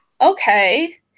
okay